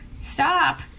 stop